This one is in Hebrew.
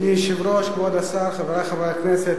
אדוני היושב-ראש, כבוד השר, חברי חברי הכנסת,